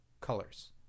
colors